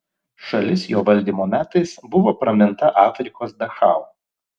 šalis jo valdymo metais buvo praminta afrikos dachau